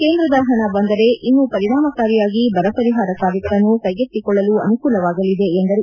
ಕೇಂದ್ರದ ಹಣ ಬಂದರೆ ಇನ್ನೂ ಪರಿಣಾಮಕಾರಿಯಾಗಿ ಬರ ಪರಿಹಾರ ಕಾರ್ಯಗಳನ್ನು ಕೈಗೆತ್ತಿಕೊಳ್ಳಲು ಅನುಕೂಲವಾಗಲಿದೆ ಎಂದರು